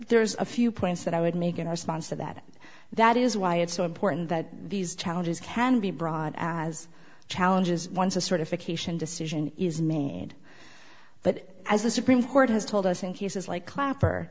there's a few points that i would make in our sponsor that that is why it's so important that these challenges can be brought as challenges once a certification decision is made but as the supreme court has told us in cases like